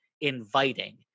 inviting